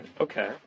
Okay